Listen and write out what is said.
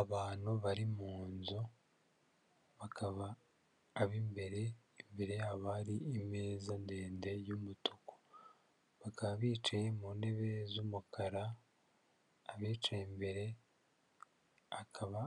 Abantu bari mu nzu bakaba ab'imbere, imbere yabo hari imeza ndende y'umutuku, bakaba bicaye mu ntebe z'umukara, abicaye imbere akaba